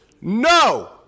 No